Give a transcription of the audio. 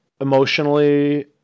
emotionally